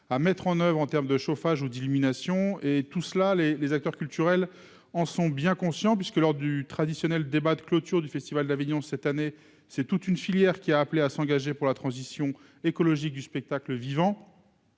à mettre en oeuvre en terme de chauffage ou d'illumination et tout cela les les acteurs culturels en sont bien conscients puisque lors du traditionnel débat de clôture du festival d'Avignon, cette année, c'est toute une filière qui a appelé à s'engager pour la transition écologique du spectacle vivant.